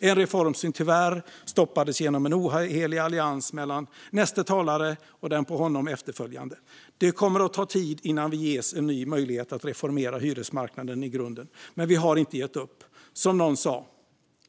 Det är en reform som tyvärr stoppades genom en ohelig allians mellan näste talare och den på honom efterföljande. Det kommer att ta tid innan vi ges en ny möjlighet att reformera hyresmarknaden i grunden, men vi har inte gett upp. Som någon sade: